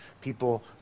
people